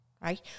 right